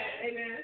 amen